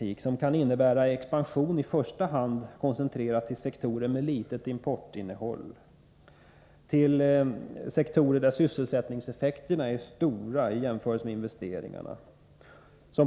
Denna politik kan innebära expansion, i första hand koncentrerad till sektorer med litet importinnehåll, sektorer där sysselsättningseffekterna är stora i jämförelse med investeringarna.